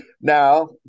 Now